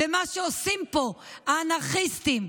ומה שעושים פה האנרכיסטים,